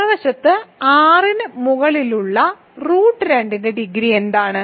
മറുവശത്ത് R ന് മുകളിലുള്ള റൂട്ട് 2 ന്റെ ഡിഗ്രി എന്താണ്